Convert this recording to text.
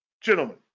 Gentlemen